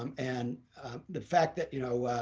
um and the fact that, you know,